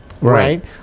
Right